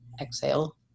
exhale